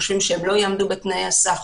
חושבים שהם לא יעמדו בתנאי הסף,